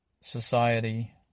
society